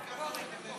בוא רגע, בוא.